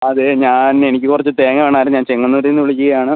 അതെ ഞാൻ എനിക്ക് കുറച്ച് തേങ്ങ വേണമായിരുന്നു ഞാൻ ചെങ്ങന്നൂരിൽ നിന്ന് വിളിക്കുകയാണ്